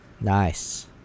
Nice